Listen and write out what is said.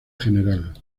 general